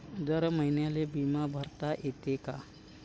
दर महिन्याले बिमा भरता येते का?